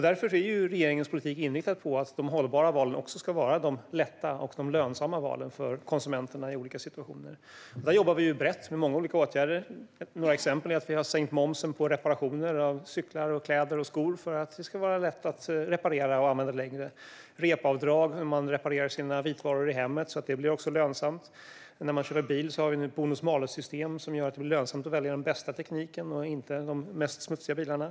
Därför är regeringens politik inriktad på att de hållbara valen ska vara lätta och lönsamma att göra för konsumenterna i olika situationer. Vi jobbar brett med många olika åtgärder. Några exempel är sänkt moms på reparationer av cyklar, kläder och skor, för att det ska vara lätt att reparera och använda dessa längre, REP-avdrag när man reparerar sina vitvaror i hemmet, så att detta blir lönsamt, och ett bonus-malus-system när man köper bil, som gör att det blir lönsamt att välja den bästa tekniken och inte de mest smutsiga bilarna.